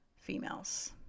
females